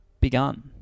begun